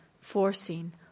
forcing